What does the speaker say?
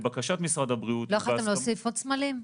לא יכולתם להוסיף עוד סמלים?